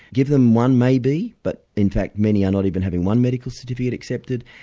give them one maybe, but in fact many are not even having one medical certificate accepted,